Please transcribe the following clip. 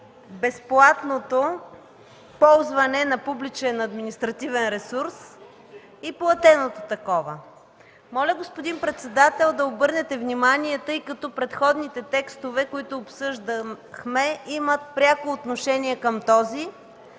безплатното ползване на публичен административен ресурс и платеното такова. Господин председател, моля да обърнете внимание, тъй като предходните текстове, които обсъждахме, имат пряко отношение към този.